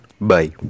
Bye